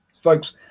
folks